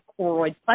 choroid